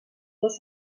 dos